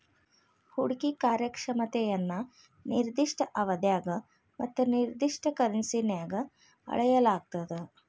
ಹೂಡ್ಕಿ ಕಾರ್ಯಕ್ಷಮತೆಯನ್ನ ನಿರ್ದಿಷ್ಟ ಅವಧ್ಯಾಗ ಮತ್ತ ನಿರ್ದಿಷ್ಟ ಕರೆನ್ಸಿನ್ಯಾಗ್ ಅಳೆಯಲಾಗ್ತದ